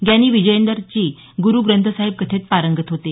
ग्यानी विजयेंदर जी गुरू ग्रंथसाहिब कथेत ते पारंगत होते